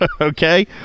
Okay